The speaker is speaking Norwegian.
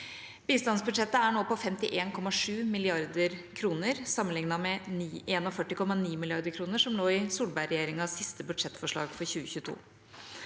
Bistandsbudsjettet er nå på 51,7 mrd. kr, sammenlignet med 41,9 mrd. kr som lå i Solberg-regjeringas siste budsjettforslag for 2022.